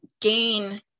gain